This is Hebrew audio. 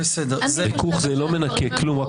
ריכוך זה לא מנקה כלום.